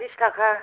बिस थाखा